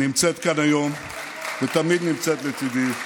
שנמצאת כאן היום ותמיד נמצאת לצידי,